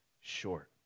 short